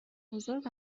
بزرگ